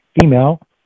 female